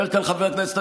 אומר כאן חבר הכנסת,